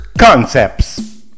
concepts